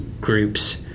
groups